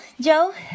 Joe